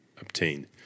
obtained